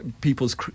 people's